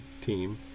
team